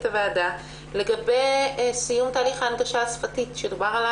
הוועדה לגבי סיום תהליך ההנגשה השפתית עליה דובר.